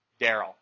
Daryl